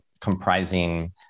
comprising